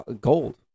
gold